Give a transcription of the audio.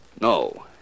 No